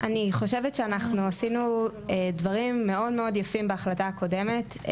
אני חושבת שעשינו דברים יפים מאוד בהחלטה הקודמת.